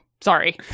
sorry